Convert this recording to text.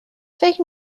فکر